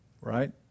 right